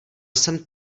jsem